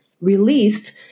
released